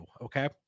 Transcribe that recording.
Okay